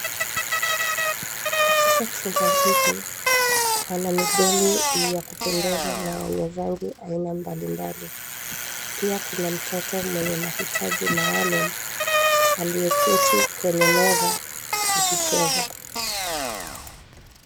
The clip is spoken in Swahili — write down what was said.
Katika chumba hiki, pana midoli ya kupendeza na yenye rangi aina mbalimbali, pia kuna mtoto mwenye mahitaji maalum, aliyeketi kwenye meza, akicheza.